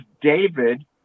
david